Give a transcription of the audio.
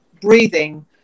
breathing